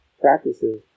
practices